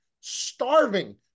starving